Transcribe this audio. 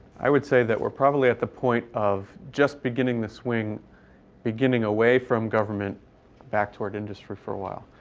i would say that we're probably at the point of just beginning the swing beginning away from government back toward industry for a while.